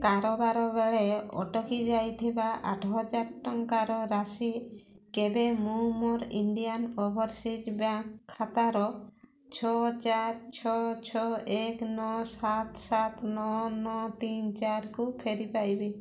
କାରବାର ବେଳେ ଅଟକି ଯାଇଥିବା ଆଠହଜାର ଟଙ୍କାର ରାଶି କେବେ ମୁଁ ମୋର ଇଣ୍ଡିଆନ୍ ଓଭରସିଜ୍ ବ୍ୟାଙ୍କ୍ ଖାତାର ଛଅ ଚାରି ଛଅ ଛଅ ଏକ ନଅ ସାତ ସାତ ନଅ ନଅ ତିନି ଚାରିକୁ ଫେରି ପାଇବି